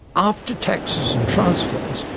after taxes and transfers,